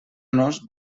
nos